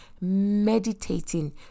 meditating